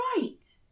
right